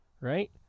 Right